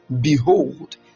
behold